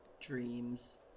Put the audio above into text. dreams